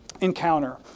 encounter